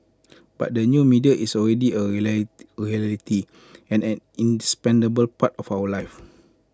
but the new media is already A reality and an indispensable part of our lives